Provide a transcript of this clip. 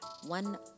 One